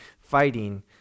fighting